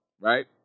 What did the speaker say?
right